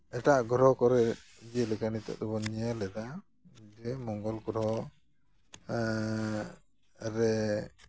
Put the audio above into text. ᱮᱴᱟᱜ ᱜᱨᱚᱦᱚ ᱠᱚᱨᱮ ᱡᱮᱞᱮᱠᱟ ᱱᱤᱛᱳᱜ ᱫᱚᱵᱚᱱ ᱧᱮᱞᱮᱫᱟ ᱡᱮ ᱢᱚᱝᱜᱚᱞ ᱜᱨᱚᱦᱚ ᱨᱮ